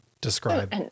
describe